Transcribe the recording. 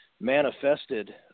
manifested